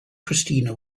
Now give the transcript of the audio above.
christina